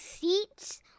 seats